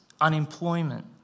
unemployment